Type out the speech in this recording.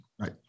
Right